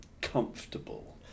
comfortable